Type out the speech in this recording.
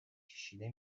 کشیده